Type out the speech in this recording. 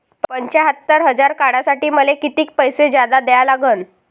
पंच्यात्तर हजार काढासाठी मले कितीक पैसे जादा द्या लागन?